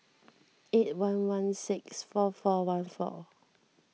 eight one one six four four one four